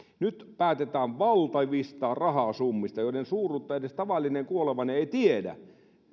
nyt päätetään valtavista rahasummista joiden suuruutta tavallinen kuolevainen ei edes tiedä